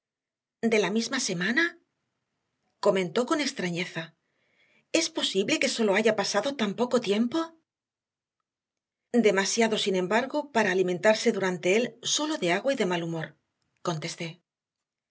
de la misma semana comentó con extrañeza es posible que sólo haya pasado tan poco tiempo demasiado sin embargo para alimentarse durante él sólo de agua y de mal humor contesté